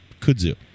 Kudzu